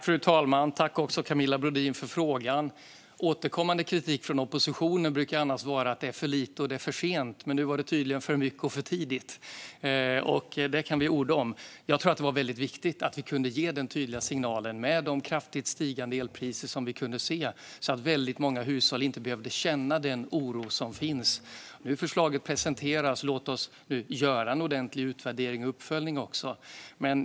Fru talman! Jag tackar Camilla Brodin för frågan. En återkommande kritik från oppositionen brukar annars vara att det är för lite och för sent. Nu var det tydligen för mycket och för tidigt. Det kan vi orda om. Jag tror att det var väldigt viktigt att vi kunde ge denna tydliga signal med de kraftigt stigande elpriser som vi kunde se, så att väldigt många hushåll inte behövde känna oro. Nu har förslaget presenterats. Låt oss göra en ordentlig utvärdering och uppföljning också!